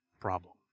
problem